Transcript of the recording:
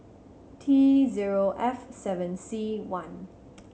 T zero F seven C one